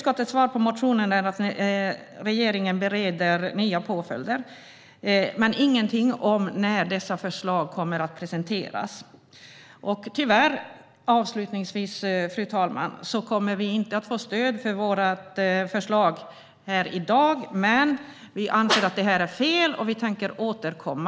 Utskottets svar på motionen är att regeringen bereder nya påföljder, men det sägs ingenting om när dessa förslag kommer att presenteras. Fru talman! Vi kommer tyvärr inte att få stöd för vårt förslag här i dag. Vi anser dock att detta är fel, och vi tänker återkomma.